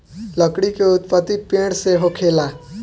लकड़ी के उत्पति पेड़ से होखेला